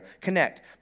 Connect